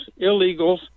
illegals